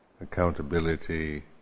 accountability